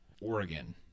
Oregon